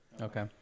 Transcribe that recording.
Okay